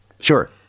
Sure